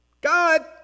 God